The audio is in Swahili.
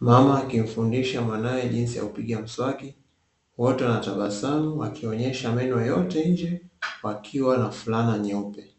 Mama akifundisha mwanae jinsia ya kupiga mswaki, wote wanatabasamu wakionyesha meno yote nje wakiwa na fulana nyeupe.